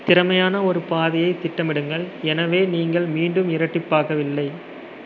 திறமையான ஒரு பாதையைத் திட்டமிடுங்கள் எனவே நீங்கள் மீண்டும் இரட்டிப்பாகவில்லை